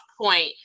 point